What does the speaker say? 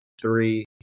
three